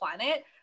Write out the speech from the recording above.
planet